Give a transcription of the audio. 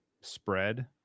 spread